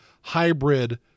hybrid